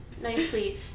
nicely